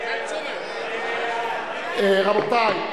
רבותי,